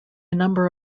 number